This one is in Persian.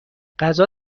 غذا